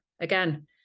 again